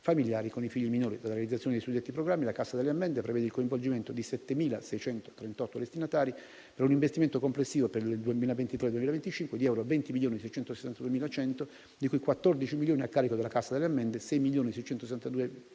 familiari e con i figli minori. Dalla realizzazione dei suddetti programmi la cassa delle ammende prevede il coinvolgimento di 7.638 destinatari, per un investimento complessivo - per il triennio 2023-2025 - di euro 20.662.100, di cui 14 milioni di euro a carico della cassa delle ammende e 6.662.100